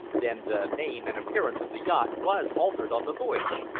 then the name and appearance of the yacht was altered on the voyage,